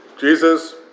Jesus